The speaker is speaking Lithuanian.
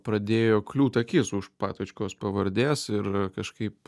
pradėjo kliūt akis už patočkos pavardės ir kažkaip